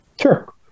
Sure